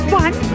one